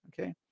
Okay